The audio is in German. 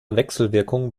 wechselwirkung